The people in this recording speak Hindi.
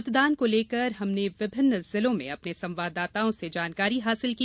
मतदान को लेकर हमने विभिन्न जिलों में अपने संवाददाताओं से जानकारी हासिल की